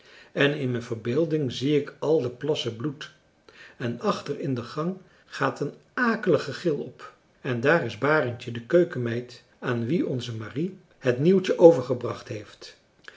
en in mijn verbeelding zie ik al de plassen bloed en achter in den gang gaat een akelig gegil op en daar is barendje de keukenmeid aan wie onze marie het nieuwtje overgebracht heeft